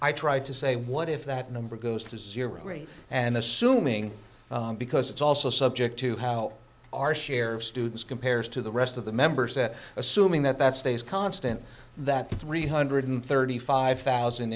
i tried to say what if that number goes to zero three and assuming because it's also subject to how our share of students compares to the rest of the members at assuming that that stays constant that three hundred thirty five thousand